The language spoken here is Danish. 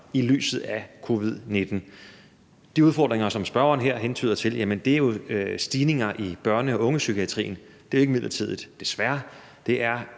i lyset af covid-19. De udfordringer, som spørgeren her hentyder til, er stigninger i børne- og ungepsykiatrien, og det er jo ikke midlertidigt, desværre.